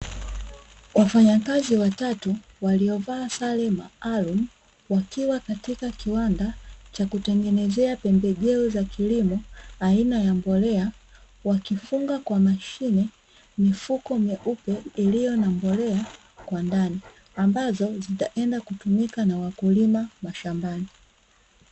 Wafanyakazi watatu walivaa sare maalumu wakiwa katika kiwanda cha kutengenezea pembejeo za kilimo aina ya mbolea wakifunga kwa mashine mifuko meupe iliyona mbolea kwa ndani , ambazo zitaenda kutumika na wakulima mashambani.